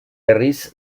berriz